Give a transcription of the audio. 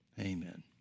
Amen